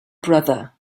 brother